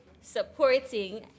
supporting